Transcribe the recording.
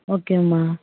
ஓகேங்கம்மா